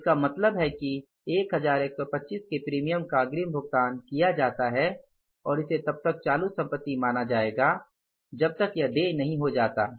तो इसका मतलब है कि 1125 के प्रीमियम का अग्रिम भुगतान किया जाता है और इसे तब तक चालू संपत्ति माना जाएगा जब तक यह देय नहीं हो जाता